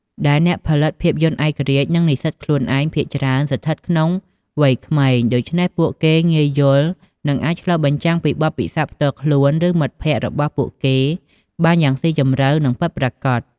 ដែលអ្នកផលិតភាពយន្តឯករាជ្យ និងនិស្សិតខ្លួនឯងភាគច្រើនស្ថិតក្នុងវ័យក្មេង ដូច្នេះពួកគេងាយយល់ និងអាចឆ្លុះបញ្ចាំងពីបទពិសោធន៍ផ្ទាល់ខ្លួន ឬមិត្តភក្តិរបស់ពួកគេបានយ៉ាងស៊ីជម្រៅ និងពិតប្រាកដ។